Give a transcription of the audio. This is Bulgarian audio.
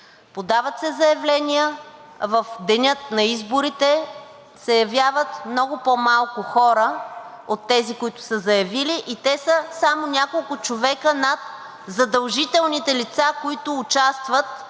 подават се заявления, а в деня на изборите се явяват много по-малко хора от тези, които са заявили, и те са само няколко човека над задължителните лица, които участват